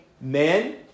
men